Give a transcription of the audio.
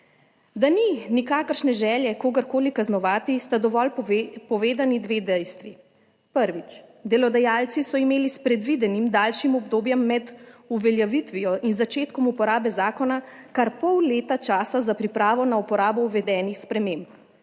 Da ni nikakršne želje kogarkoli kaznovati sta dovolj povedani dve dejstvi. Prvič, delodajalci so imeli s predvidenim daljšim obdobjem med uveljavitvijo in začetkom uporabe zakona kar pol leta časa za pripravo na uporabo uvedenih sprememb.